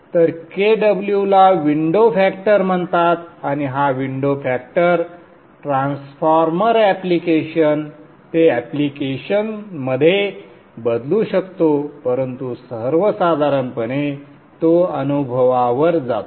तर Kw ला window factor म्हणतात आणि हा विंडो फॅक्टर ट्रान्सफॉर्मर ऍप्लिकेशन ते ऍप्लिकेशनमध्ये बदलू शकतो परंतु सर्वसाधारणपणे तो अनुभवावर जातो